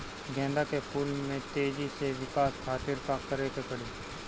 गेंदा के फूल में तेजी से विकास खातिर का करे के पड़ी?